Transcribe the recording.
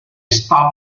stopped